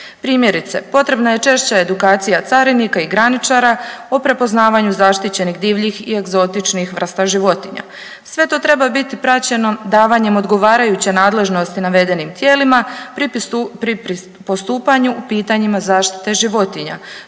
Primjerice, potrebna je češća edukacija carinika i graničara o prepoznavanju zaštićenih divljih i egzotičnih vrsta životinja. Sve to treba biti praćeno davanjem odgovarajuće nadležnosti navedenim tijelima pri postupanju u pitanjima zaštite životinja